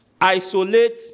isolate